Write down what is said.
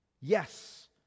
Yes